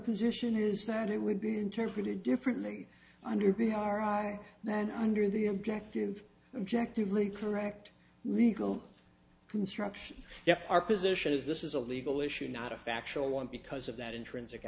position is that it would be interpreted differently under the r i then under the impactive objective really correct legal construction yes our position is this is a legal issue not a factual one because of that intrinsic